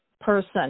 person